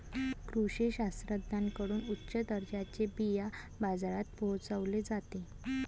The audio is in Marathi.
कृषी शास्त्रज्ञांकडून उच्च दर्जाचे बिया बाजारात पोहोचवले जाते